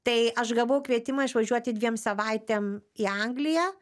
tai aš gavau kvietimą išvažiuoti dviem savaitėm į angliją